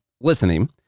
listening